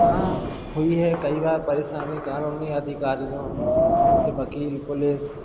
हाँ हुई है कई बार परेशानी कानूनी अधिकारियों जैसे वकील पुलिस